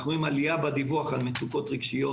אנחנו רואים עלייה בדיווח על מצוקות רגשיות